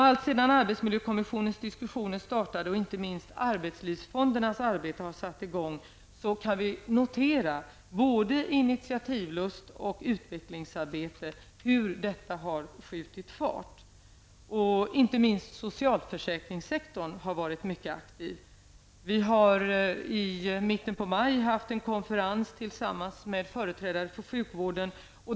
Allt sedan arbetsmiljökommissionens diskussioner startade och inte minst arbetslivsfondernas arbete satte i gång, kan vi notera hur både initiativlust och utvecklingsarbete har skjutit fart. Inte minst socialförsäkringssektorn har varit mycket aktiv. Vi har i mitten av maj haft en konferens tillsammans med företrädare för sjukvården.